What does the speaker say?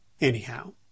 Anyhow